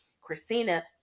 Christina